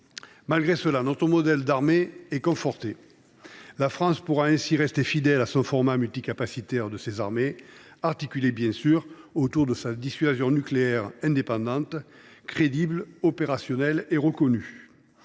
Malgré cela, notre modèle d’armée est conforté. La France pourra ainsi rester fidèle au format multicapacitaire de ses armées, articulé, bien sûr, autour de sa dissuasion nucléaire, indépendante, crédible, opérationnelle et reconnue.